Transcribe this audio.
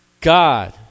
God